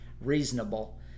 reasonable